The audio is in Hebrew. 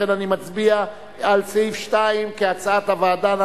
לכן, אני מצביע על סעיף 2 כהצעת הוועדה.